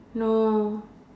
no